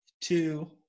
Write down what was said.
two